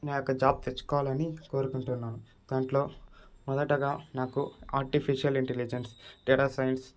నా యొక్క జాబ్ తెచ్చుకోవాలని కోరుకుంటున్నాను దాంట్లో మొదటగా నాకు ఆర్టిఫిషియల్ ఇంటిలిజెన్స్ డేటా సైన్స్